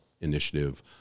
initiative